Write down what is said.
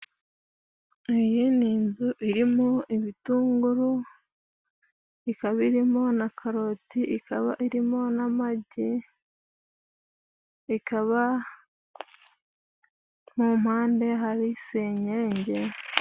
Iyi ni inzu irimo: Ibitunguru, ikaba irimo na karoti, ikaba irimo n'amagi ikaba mu mpande hari senyenge.